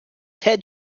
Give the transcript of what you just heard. ted